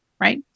right